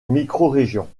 microrégions